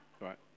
Right